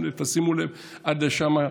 תשימו לב, עד שם,